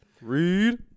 Read